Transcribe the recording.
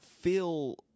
feel